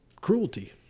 cruelty